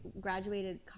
graduated